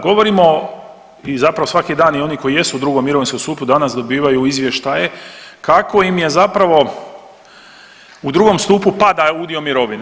Govorimo i zapravo svaki dan i oni koji jesu u drugom mirovinskom stupu danas dobivaju izvještaje kako im zapravo u drugom stupu pada udio mirovine.